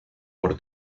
por